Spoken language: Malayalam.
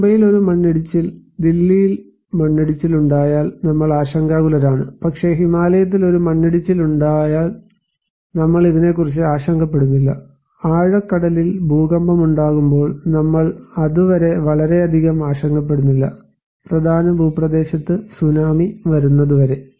മുംബൈയിൽ ഒരു മണ്ണിടിച്ചിൽ ദില്ലിയിൽ മണ്ണിടിച്ചിൽ ഉണ്ടായാൽ നമ്മൾ ആശങ്കാകുലരാണ് പക്ഷേ ഹിമാലയത്തിൽ ഒരു മണ്ണിടിച്ചിൽ ഉണ്ടാകുമ്പോൾ നമ്മൾ ഇതിനെക്കുറിച്ച് ആശങ്കപ്പെടുന്നില്ല ആഴക്കടലിൽ ഭൂകമ്പമുണ്ടാകുമ്പോൾ നമ്മൾ അതുവരെ വളരെയധികം ആശങ്കപ്പെടുന്നില്ല പ്രധാന ഭൂപ്രദേശത്ത് സുനാമി വരുന്നതുവരെ